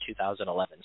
2011